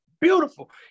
beautiful